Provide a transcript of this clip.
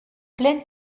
pleine